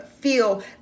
feel